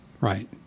Right